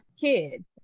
kids